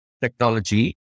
technology